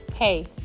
Hey